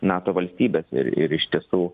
nato valstybės ir ir iš tiesų